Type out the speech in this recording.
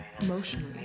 Emotionally